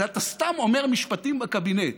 אלא אתה סתם אומר משפטים בקבינט